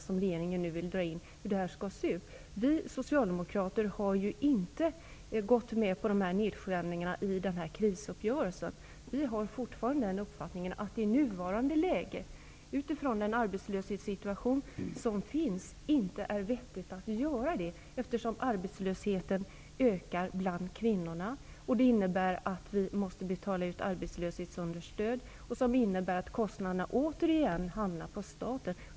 Vi är inte riktigt överens om hur det här skall gå till. Vi Socialdemokrater har i krisuppgörelsen inte gått med på dessa nedskärningar. Vi har fortfarande uppfattningen att det i nuvarande läge, med den rådande arbetslösheten, inte är vettigt att göra dessa nedskärningar. Arbetslösheten skulle då öka bland kvinnorna. Man får betala ut arbetslöshetsunderstöd, vilket i sin tur innebär att staten återigen får bära kostnaderna.